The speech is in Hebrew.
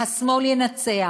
השמאל ינצח.